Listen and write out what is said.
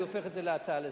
אני הופך את זה להצעה לסדר,